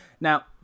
Now